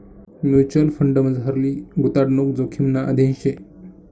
mutual फंडमझारली गुताडणूक जोखिमना अधीन शे